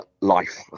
life